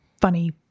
funny